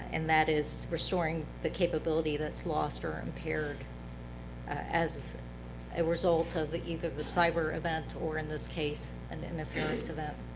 and that is restoring the capability that's lost or impaired as a result of either the cyber event or, in this case, an interference event.